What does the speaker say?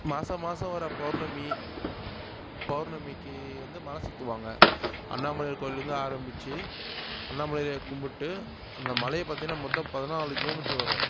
மாத மாதம் வர பௌர்ணமி பௌர்ணமிக்கு வந்து மலை சுற்றுவாங்க அண்ணாமலையார் கோயில்லேருந்து ஆரம்பிச்சு அண்ணாமலையாரை கும்பிட்டு அந்த மலையை பார்த்திங்னா மொத்தம் பதினாலு கிலோமீட்டரு வரும்